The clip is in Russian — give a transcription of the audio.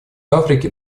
африки